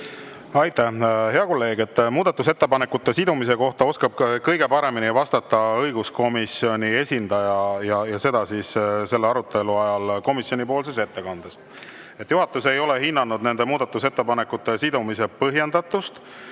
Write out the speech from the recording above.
Aitäh, hea kolleeg! Muudatusettepanekute sidumise kohta oskab kõige paremini vastata õiguskomisjoni esindaja, aga seda siis komisjonipoolses ettekandes. Juhatus ei ole hinnanud nende muudatusettepanekute sidumise põhjendatust.